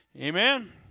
Amen